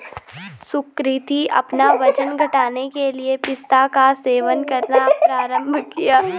सुकृति अपना वजन घटाने के लिए पिस्ता का सेवन करना प्रारंभ किया